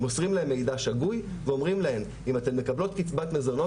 מוסרים להן מידע שגוי ואומרים להן - אם אתן מקבלות קצבת מזונות,